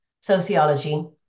sociology